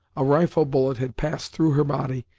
a rifle bullet had passed through her body,